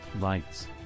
Lights